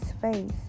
face